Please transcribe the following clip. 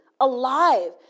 alive